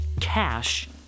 cash